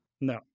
No